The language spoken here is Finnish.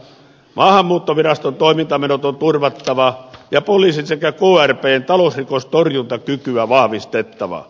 maahanmuuttoviraston toimintamenot on turvattava ja poliisin sekä krpn talousrikostorjuntakykyä vahvistettava